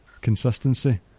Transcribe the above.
consistency